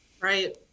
Right